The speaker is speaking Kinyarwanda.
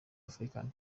african